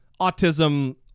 autism